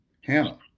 Hannah